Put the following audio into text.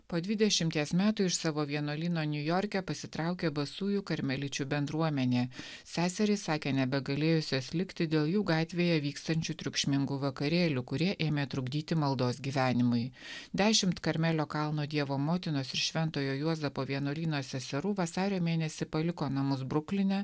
po dvidešimties metų iš savo vienuolyno niujorke pasitraukė basųjų karmeličių bendruomenė seserys sakė nebegalėjusios likti dėl jų gatvėje vykstančių triukšmingų vakarėlių kurie ėmė trukdyti maldos gyvenimui dešimt karmelio kalno dievo motinos ir šventojo juozapo vienuolyno seserų vasario mėnesį paliko namus brukline